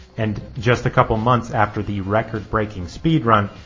and just a couple months after the record breaking speed-run,